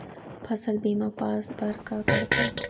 फसल बीमा पास बर का करबो?